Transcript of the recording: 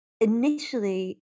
initially